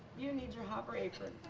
you need your um your apron.